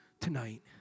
tonight